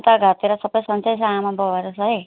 अन्त घरतिर सबै सन्चै छ आमाबाबाहरूलाई